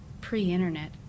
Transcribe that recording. pre-Internet